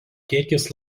kiekis